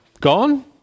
gone